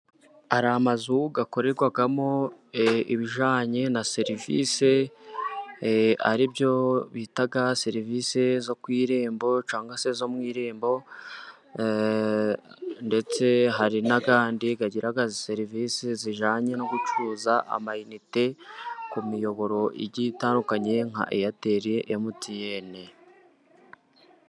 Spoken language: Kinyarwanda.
Hari amazu akorerwamo ibijyanye na serivisi, ari byo bita serivisi zo ku irembo, cyangwa se zo mu irembo, ndetse hari n'ayandi agira serivisi zijyanye no gucuruza amanite, ku miyoboro igiye itandukanye, nka eyateri na emutiyene.